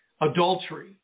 adultery